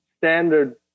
standard